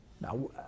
Now